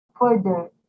further